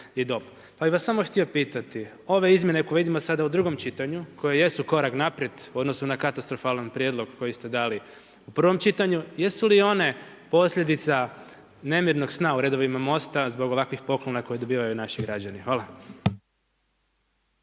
Pa bi vas samo htio pitati, ove izmjene koje vidimo sada u 2 čitanju, koje jesu korak naprijed u odnosu na katastrofalan prijedlog kojeg ste dali u 1 prvom čitanju, jesu li one posljedica nemirnog sna u redovima Mosta zbog ovakvih poklona koji dobivaju naši građani? Hvala.